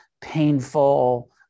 painful